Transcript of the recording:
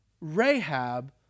Rahab